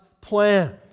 plan